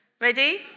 Ready